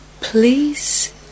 please